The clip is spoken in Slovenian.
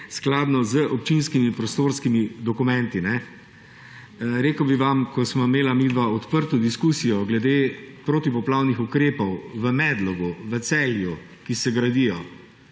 skladno z občinskimi prostorskimi dokumenti. Rekel bi vam, ko sva imela midva odprto diskusijo glede protipoplavnih ukrepov v Medlogu, v Celju, ki se gradijo,